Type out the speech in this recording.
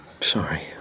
Sorry